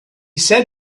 said